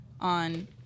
on